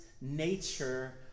nature